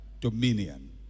dominion